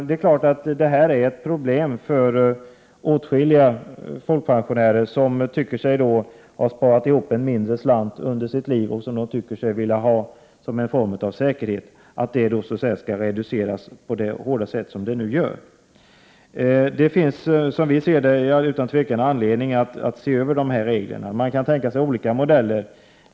Det är ett problem för åtskilliga folkpensionärer, som tycker sig ha sparat ihop en mindre slant under sitt aktiva liv och vill ha det som en form av säkerhet, att KBT reduceras på det hårda sätt som nu sker. Det finns, som vi ser det, utan tvivel anledning att se över reglerna. Man kan tänka sig olika modeller.